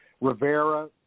Rivera